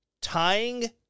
Tying